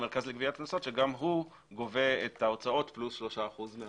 המרכז לגביית קנסות שגם הוא גובה את ההוצאות פלוס 3% מהחוב,